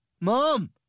mom